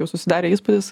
jau susidarė įspūdis